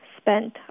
spent